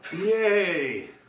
Yay